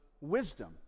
wisdom